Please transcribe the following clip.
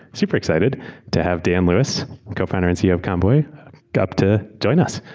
super excited to have dan lewis, the co-founder and ceo of convoy come up to join us.